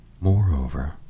Moreover